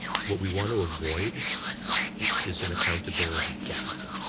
what we want to avoid is an accountability gap.